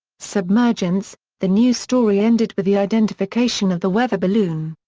submergence the news story ended with the identification of the weather balloon.